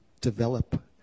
develop